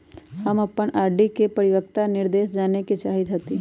हम अपन आर.डी के परिपक्वता निर्देश जाने के चाहईत हती